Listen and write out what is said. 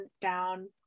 down